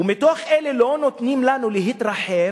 ומתוך אלה לא נותנים לנו להתרחב,